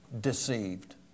deceived